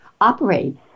operate